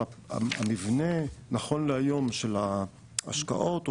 שהמבנה נכון להיום של ההשקעות,